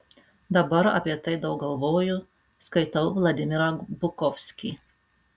dabar apie tai daug galvoju skaitau vladimirą bukovskį